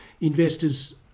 investors